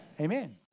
Amen